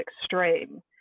extreme